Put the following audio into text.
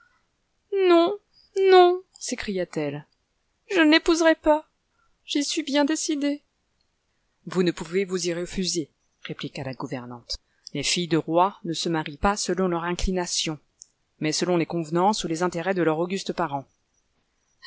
non non s'écria-t-elle je ne l'épouserai pas j'y suis bien décidée l arbre de vous ne pouvez vous y refuser répliqua la gouvernante les filles de rois ne se marient pas selon leur inclination mais selon les convenances ou les intérêts de leurs augustes parents